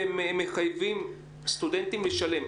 והן מחייבות סטודנטים לשלם.